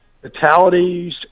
fatalities